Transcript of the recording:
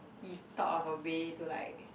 he thought of a way to like